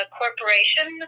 corporation